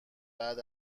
بعد